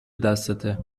دستته